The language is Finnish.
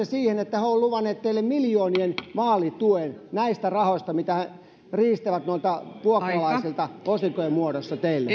siihen että he ovat luvanneet teille miljoonien vaalituen näistä rahoista mitä he riistävät vuokralaisilta osinkojen muodossa teille